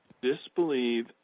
disbelieve